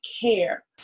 care